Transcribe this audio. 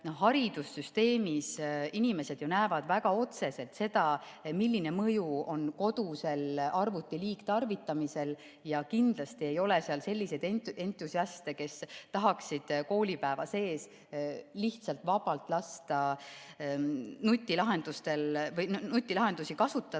haridussüsteemis inimesed ju näevad väga otseselt seda, milline mõju on kodusel arvuti liigtarvitamisel, ja kindlasti ei ole seal selliseid entusiaste, kes tahaksid koolipäeva sees lihtsalt vabalt lasta nutilahendusi kasutada